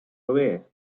away